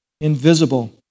invisible